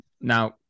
Now